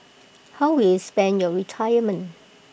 how will you spend your retirement